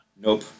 nope